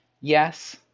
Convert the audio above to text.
yes